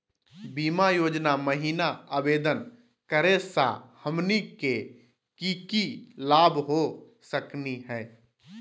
बीमा योजना महिना आवेदन करै स हमनी के की की लाभ हो सकनी हे?